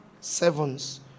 sevens